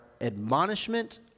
admonishment